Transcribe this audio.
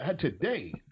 Today